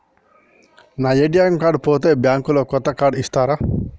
నా ATM card పోతే bank లో కొత్త కార్డు ఇస్తరా?